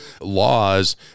laws